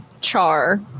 Char